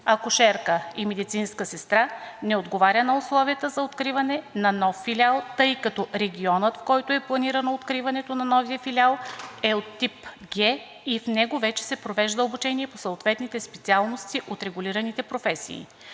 акушерка и медицинска страна, не отговаря на условията за откриване на нов филиал, тъй като регионът, в който е планирано откриването на новия филиал, е от тип Г и в него вече се провежда обучение по съответните специалности от регулираните професии.